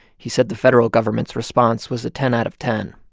he said the federal government's response was a ten out of ten.